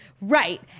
right